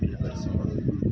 આટલા વર્ષોમાં